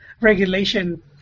regulation